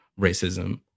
racism